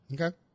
Okay